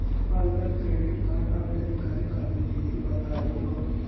Online credit card आवेदन करे खातिर विधि बताही हो?